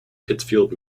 pittsfield